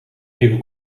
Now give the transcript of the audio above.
even